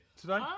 today